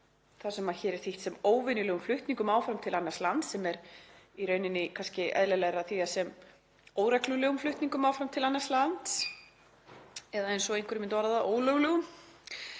því sem hér er þýtt sem óvenjulegum flutningum áfram til annars lands, sem er í rauninni kannski eðlilegra að þýða sem „óreglulegum flutningum“ áfram til annars lands, eða, eins og einhver myndi orða það: „ólöglegum“